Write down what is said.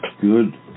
good